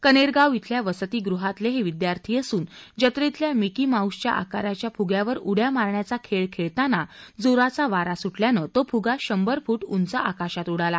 कनेरगाव इथल्या वसतिगृहातले हे विद्यार्थी असून जट्रेतल्या मिकी माउसच्या आकाराच्या फुग्यावर उड्या मारण्याचा खेळ खेळताना जोराचा वारा सुटल्यानं तो फुगा शंभर फूट उंच आकाशात उडाला